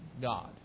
God